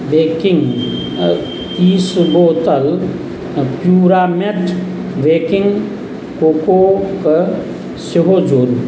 baking तीस बोतल प्युरामेट बेकिंग कोको कऽ सेहो जोड़ू